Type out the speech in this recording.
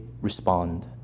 respond